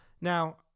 Now